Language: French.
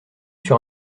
sur